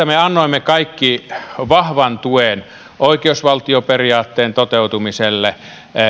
me annoimme kaikki vahvan tuen oikeusvaltioperiaatteen toteutumiselle